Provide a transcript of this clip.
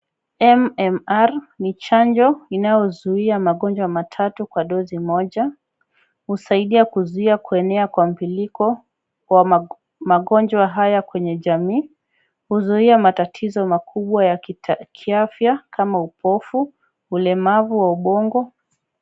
MMR ni chanjo inayozuia magonjwa matatu kwa dozi moja. Husaidia kuzuia kunea kwa mpwiliko wa magonjwa haya kwenye jamii. Huzuia matatizo makubwa ya kiafya kama upofu, ulemavu wa ubongo.